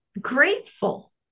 grateful